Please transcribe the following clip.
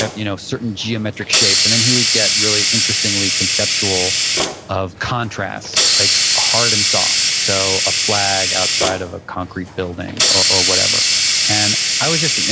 ah you know certain geometric shapes. and then he would get really interestingly conceptual of contrast, like hard and soft. so a flag outside of a concrete building or or whatever and i was just,